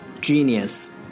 genius